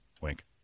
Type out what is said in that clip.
Wink